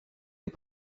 est